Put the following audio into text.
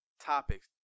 topics